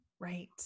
Right